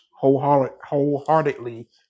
wholeheartedly